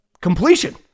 Completion